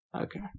Okay